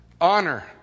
Honor